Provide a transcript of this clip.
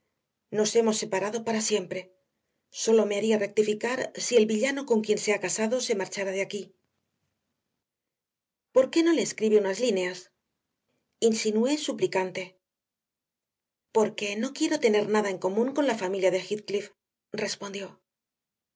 nos hemos separado para siempre sólo me haría rectificar si el villano con quien se ha casado se marchara de aquí por qué no le escribe unas líneas insinué suplicante porque no quiero tener nada de común con la familia de heathcliff respondió